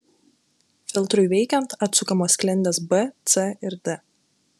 filtrui veikiant atsukamos sklendės b c ir d